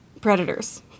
predators